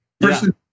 Person